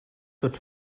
tot